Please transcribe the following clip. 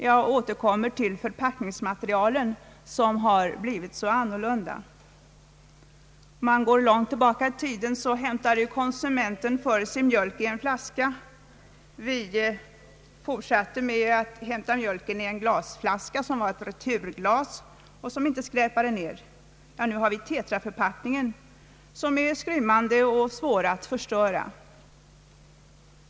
Jag återkommer till förpackningsmaterialen, som blivit annorlunda. Länge hämtade konsumenten sin mjölk i en flaska. Vi fortsatte med att hämta mjölken i ett returglas, som inte skräpade ner. Nu har vi tetraförpackningen, som är skrymmande och svår att förstöra.